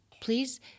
please